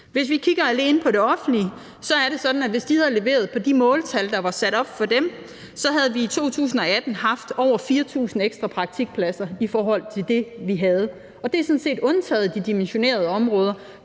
Hvis vi alene kigger på det offentlige, er det sådan, at hvis de havde leveret på de måltal, der var sat op for dem, ville vi i 2018 have haft over 4.000 ekstra praktikpladser i forhold til det, vi havde. Det er sådan set undtaget de dimensionerede områder